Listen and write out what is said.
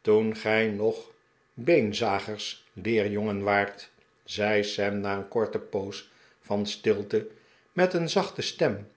toen gij nog beenzagers ieerjongen waart zei sam na een korte poos van stilte met een zachte stem